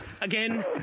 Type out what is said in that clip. Again